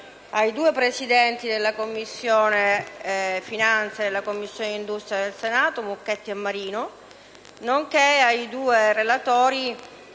Grazie,